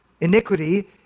iniquity